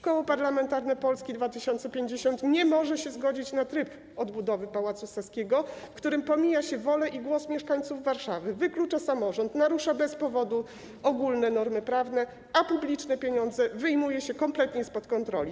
Koło Parlamentarne Polska 2050 nie może się zgodzić na tryb odbudowy Pałacu Saskiego, w którym pomija się wolę i głos mieszkańców Warszawy, wyklucza samorząd, bez powodu narusza ogólne normy prawne, a publiczne pieniądze wyjmuje się kompletnie spod kontroli.